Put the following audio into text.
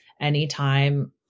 anytime